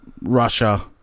Russia